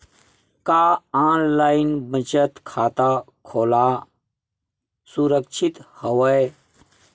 का ऑनलाइन बचत खाता खोला सुरक्षित हवय?